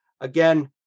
again